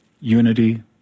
unity